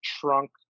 trunk